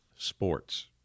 sports